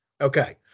Okay